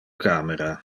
camera